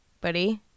buddy